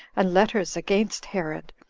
and letters against herod,